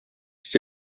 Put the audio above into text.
siis